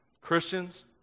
Christians